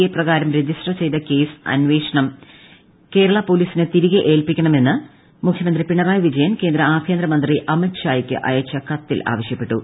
A പ്രകാരം register ചെയ്ത case അന്വേഷണം കേരള പോലീസിന് തിരികെ ഏൽപ്പിക്കണമെന്ന് മുഖ്യമന്ത്രി പിണറായി വിജയൻ കേന്ദ്ര ആഭ്യന്തര മന്ത്രി അമിത്ഷാ യ്ക്ക് അയച്ച കത്തിൽ ആവശ്യപ്പെട്ടു